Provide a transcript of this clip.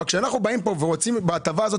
אבל כשאנחנו באים פה ורוצים בהטבה הזאת,